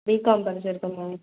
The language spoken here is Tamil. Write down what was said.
பிகாம் படிச்சுருக்கேன் மேம்